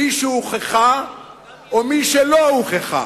מי שהוכחה או מי שלא הוכחה.